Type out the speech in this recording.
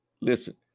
listen